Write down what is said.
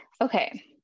okay